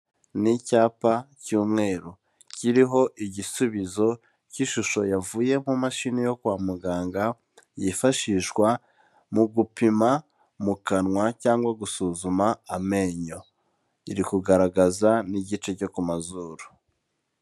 Ni icyapa cy'umweru kiriho igisubizo cy'ishusho yavuye mu mashini yo kwa muganga yifashishwa mu gupima mu kanwa, cyangwa gusuzuma amenyo. Irikugaragaza n'igice cyo ku mazuru.